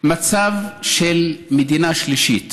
מצב של מדינת עולם שלישי,